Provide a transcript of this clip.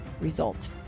result